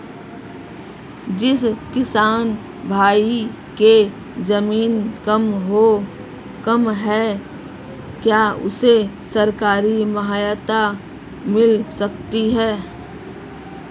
जिस किसान भाई के ज़मीन कम है क्या उसे सरकारी सहायता मिल सकती है?